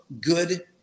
good